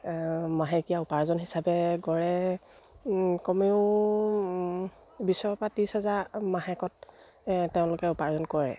মাহেকীয়া উপাৰ্জন হিচাপে গড়ে কমেও বিছৰ পৰা ত্ৰিছ হোজাৰ মাহেকত তেওঁলোকে উপাৰ্জন কৰে